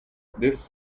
this